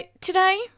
today